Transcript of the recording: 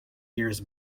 years